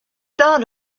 thought